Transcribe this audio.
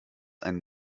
ein